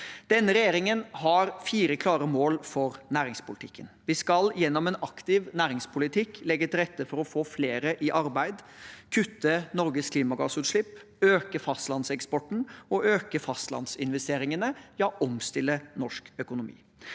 Denne regjeringen har fire klare mål for næringspolitikken. Vi skal gjennom en aktiv næringspolitikk legge til rette for å få flere i arbeid, kutte Norges klimagassutslipp, øke fastlandseksporten og øke fastlandsinvesteringene – ja, omstille norsk økonomi.